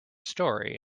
story